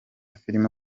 filime